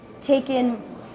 taken